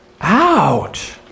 ouch